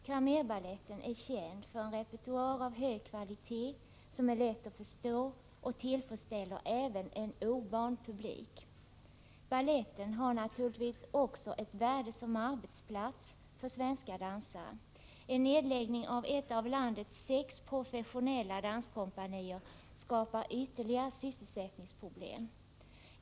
Cramérbaletten är känd för en repertoar av hög kvalitet som är lätt att förstå och tillfredsställer även en ovan publik. Baletten har naturligtvis också ett värde som arbetsplats för svenska dansare. En nedläggning av ett av landets sex professionella danskompanier skapar ytterligare sysselsättningsproblem.